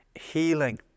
healing